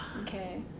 okay